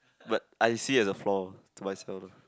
but I see it as a flaw to myself